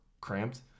cramped